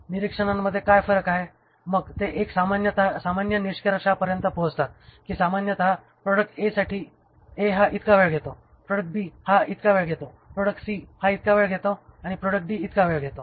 निरीक्षणांमध्ये काय फरक आहे आणि मग ते एक सामान्य निष्कर्षापर्यंत पोहोचतात की सामान्यत प्रॉडक्ट A हा इतका वेळ घेतो प्रॉडक्ट B हा इतका वेळ घेतो प्रॉडक्ट C हा इतका वेळ घेतो आणि D हा इतका वेळ घेतो